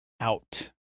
out